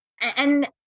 And-